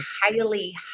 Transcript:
highly